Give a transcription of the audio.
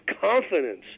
confidence